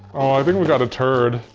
i think we got a turd.